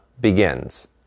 begins